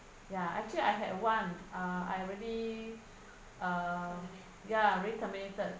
ya actually I had one uh I already uh ya already terminated